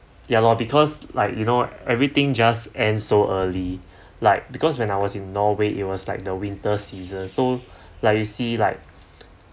ya lor because like you know everything just end so early like because when I was in norway it was like the winter season so like you see like